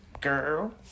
girl